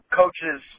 coaches